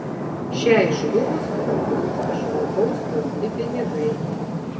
šiai žlugus prapuls ir žmogaus kaupti pinigai